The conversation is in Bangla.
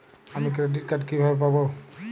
আমি ক্রেডিট কার্ড কিভাবে পাবো?